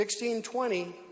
1620